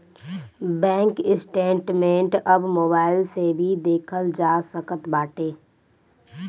bank statement अब mobile से भी देखल जा सकत बाटे